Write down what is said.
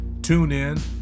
TuneIn